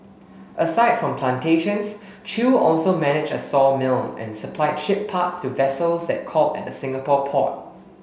aside from plantations Chew also managed a sawmill and supplied ship parts to vessels that called at Singapore port